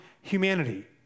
humanity